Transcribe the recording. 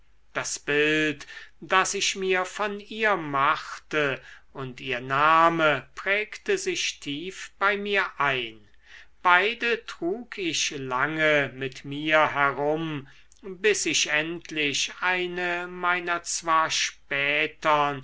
das bild das ich mir von ihr machte und ihr name prägte sich tief bei mir ein beide trug ich lange mit mir herum bis ich endlich eine meiner zwar spätern